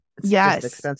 yes